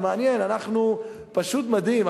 זה מעניין, פשוט מדהים.